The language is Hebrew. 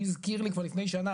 הוא הזכיר לי כבר לפני שנה,